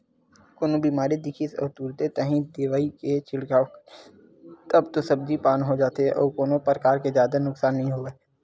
कोनो बेमारी दिखिस अउ तुरते ताही दवई के छिड़काव करेस तब तो सब्जी पान हो जाथे अउ कोनो परकार के जादा नुकसान नइ होवय